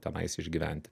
tenais išgyventi